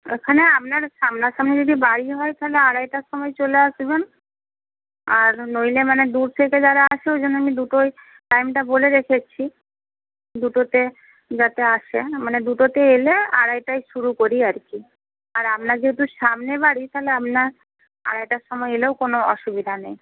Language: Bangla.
এখানে আপনার সামনাসামনি যদি বাড়ি হয় তাহলে আড়াইটার সময় চলে আসবেন আর নইলে মানে দূর থেকে যারা আসে ওই জন্য আমি দুটোয় টাইমটা বলে রেখেছি দুটোতে যাতে আসে মানে দুটোতে এলে আড়াইটায় শুরু করি আর কি আর আপনার যেহেতু সামনে বাড়ি তাহলে আপনার আড়াইটার সময় এলেও কোনো অসুবিধা নেই